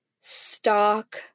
stock